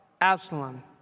Absalom